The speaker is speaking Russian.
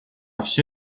всё